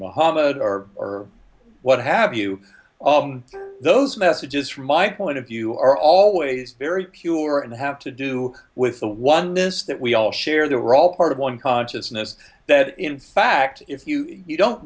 mohamed or or what have you those messages from my point of view are always very pure and have to do with the oneness that we all share the wrong part of one consciousness that in fact if you you don't